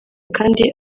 kandi